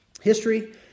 History